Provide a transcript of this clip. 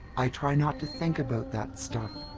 i try not to think about that stuff.